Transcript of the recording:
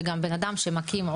שגם בן אדם או רשות,